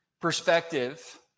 perspective